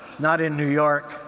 not in new york.